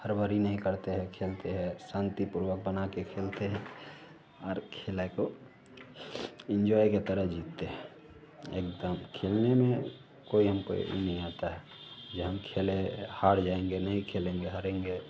हड़बड़ी नहीं करते हैं खेलते है शान्तिपूर्वक बनाकर खेलते हैं हर खेल को इन्जॉय के तरह जीते हैं एकदम खेलने में कोई हमको यह नहीं आता है जो हम खेलें हार जाऍंगे नहीं खेलेंगे हारेंगे